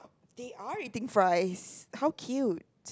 they are eating fries how cute